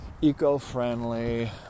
eco-friendly